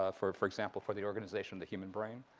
ah for for example, for the organization of the human brain.